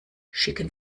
schicken